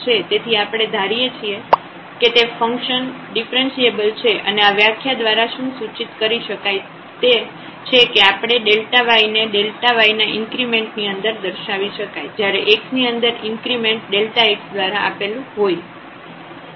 તેથી આપણે ધારીએ કે તે ફંકશન ડિફ્રન્સિએબલ છે અને આ વ્યાખ્યા દ્વારા શું સૂચિત કરી શકાય તે છે કે આપણે y ને y ના ઇન્ક્રીમેન્ટ ની અંદર દર્શાવી શકાય જ્યારે x ની અંદર ઇન્ક્રીમેન્ટ x દ્વારા આપેલું હોય